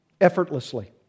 effortlessly